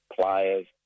players